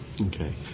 Okay